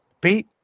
Pete